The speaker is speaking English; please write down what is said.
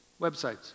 websites